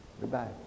Goodbye